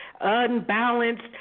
unbalanced